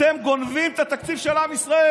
אתם גונבים את התקציב של עם ישראל.